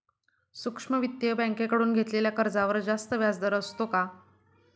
सूक्ष्म वित्तीय बँकेकडून घेतलेल्या कर्जावर जास्त व्याजदर असतो का?